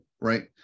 right